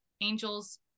angels